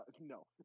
no